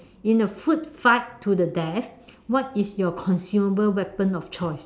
in a food fight to the death what is your consumable weapon of choice